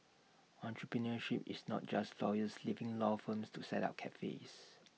entrepreneurship is not just lawyers leaving law firms to set up cafes